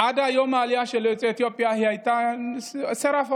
עד היום העלייה של יוצאי אתיופיה הייתה סרח עודף.